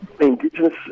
Indigenous